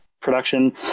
Production